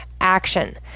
action